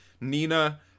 Nina